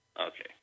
Okay